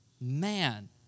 Man